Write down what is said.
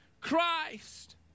Christ